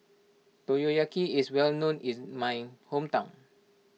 Motoyaki is well known in my hometown